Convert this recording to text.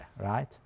right